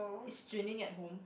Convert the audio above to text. is Zhi-Ning at home